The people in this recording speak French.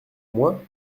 moi